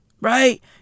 right